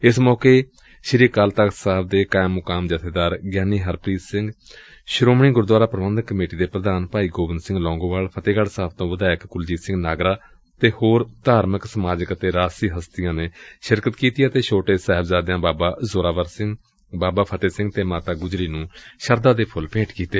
ਏਸ ਮੌਕੇ ਸ੍ਰੀ ਅਕਾਲ ਤਖ਼ਤ ਸਾਹਿਬ ਦੇ ਕਾਇਮ ਮੁਕਾਮ ਜਬੇਦਾਰ ਗਿਆਨੀ ਹਰਪ੍ਰੀਤ ਸਿੰਘ ਸ੍ਰੋਮਣੀ ਗੁਰਦੁਆਰਾ ਪ੍ਰਬੰਧਕ ਕਮੇਟੀ ਦੇ ਪ੍ਰਧਾਨ ਭਾਈ ਗੋਬਿੰਦ ਸਿੰਘ ਲੌਂਗੋਵਾਲ ਫਤਹਿਗੜ੍ਜ ਸਾਹਿਬ ਤੋਂ ਵਿਧਾਇਕ ਕੁਲਜੀਤ ਸਿੰਘ ਨਾਗਰਾ ਅਤੇ ਹੋਰ ਧਾਰਮਿਕ ਸਮਾਜਿਕ ਤੇ ਰਾਜਸੀ ਹਸਤੀਆਂ ਨੇ ਸ਼ਿਰਕਤ ਕੀਤੀ ਅਤੇ ਛੋਟੇ ਸਾਹਿਬਜ਼ਾਦਿਆਂ ਬਾਬਾ ਜ਼ੋਰਾਵਰ ਸਿੰਘ ਬਾਬਾ ਫਤਹਿ ਸਿੰਘ ਤੇ ਮਾਤਾ ਗੁਜਰੀ ਨੁੰ ਸ਼ਰਧਾ ਦੇ ਫੁੱਲ ਭੇਟ ਕੀਤੀ